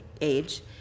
age